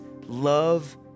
love